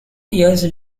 years